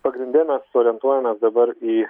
pagrinde mes orientuojamės dabar į